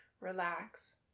relax